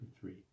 three